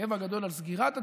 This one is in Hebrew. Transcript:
כאב גדול על סגירת הציון.